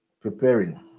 preparing